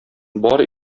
бар